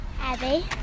Abby